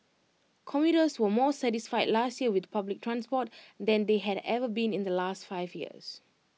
commuters were more satisfied last year with public transport than they had ever been in the last five years